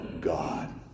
God